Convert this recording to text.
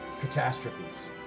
catastrophes